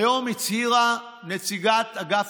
היום הצהירה נציגת אגף